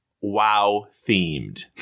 wow-themed